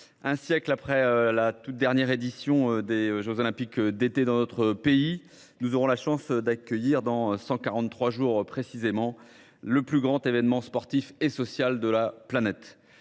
un siècle après la toute dernière édition des jeux Olympiques d’été dans notre pays, nous aurons la chance d’accueillir, dans 143 jours précisément, le plus grand événement sportif et social de la planète.